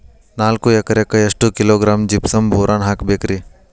ನಾಲ್ಕು ಎಕರೆಕ್ಕ ಎಷ್ಟು ಕಿಲೋಗ್ರಾಂ ಜಿಪ್ಸಮ್ ಬೋರಾನ್ ಹಾಕಬೇಕು ರಿ?